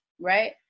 right